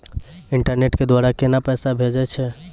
Internet के द्वारा केना पैसा भेजय छै?